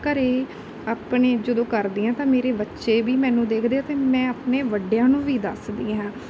ਘਰ ਆਪਣੇ ਜਦੋਂ ਕਰਦੀ ਹਾਂ ਤਾਂ ਮੇਰੇ ਬੱਚੇ ਵੀ ਮੈਨੂੰ ਦੇਖਦੇ ਆ ਅਤੇ ਮੈਂ ਆਪਣਿਆਂ ਵੱਡਿਆਂ ਨੂੰ ਵੀ ਦੱਸਦੀ ਹਾਂ